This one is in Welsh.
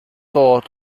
dod